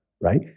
Right